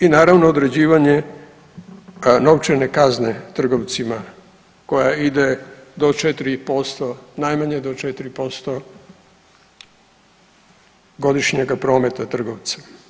I naravno određivanje novčane kazne trgovcima koja ide do 4%, najmanje do 4% godišnjega prometa trgovca.